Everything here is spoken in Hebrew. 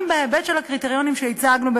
אם בהיבט של הקריטריונים שהצגנו,